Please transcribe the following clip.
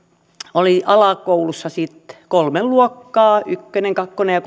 oli alakoulussa kolme luokkaa ykkönen kakkonen ja